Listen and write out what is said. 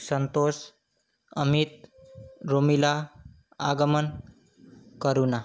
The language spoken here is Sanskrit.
सन्तोषः अमितः रुमिला आगमन् करुणा